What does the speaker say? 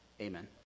amen